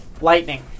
lightning